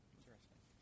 Interesting